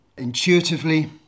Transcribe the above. Intuitively